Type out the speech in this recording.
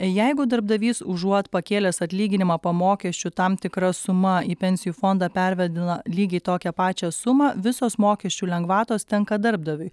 jeigu darbdavys užuot pakėlęs atlyginimą po mokesčių tam tikra suma į pensijų fondą pervedina lygiai tokią pačią sumą visos mokesčių lengvatos tenka darbdaviui